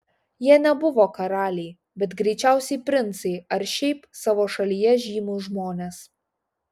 jie nebuvo karaliai bet greičiausiai princai ar šiaip savo šalyje žymūs žmonės